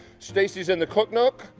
stacy is in the cook nook.